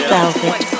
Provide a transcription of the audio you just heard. Velvet